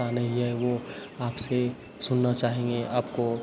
पता नहीं है वो आपसे सुनना चाहेंगे आपको